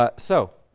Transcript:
ah so,